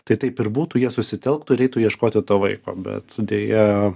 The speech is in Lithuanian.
tai taip ir būtų jie susitelktų ir eitų ieškoti to vaiko bet deja